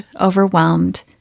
overwhelmed